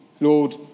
Lord